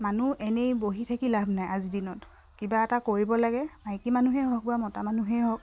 মানুহ এনেই বহি থাকি লাভ নাই আজিৰ দিনত কিবা এটা কৰিব লাগে মাইকী মানুহেই হওক বা মতা মানুহেই হওক